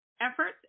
efforts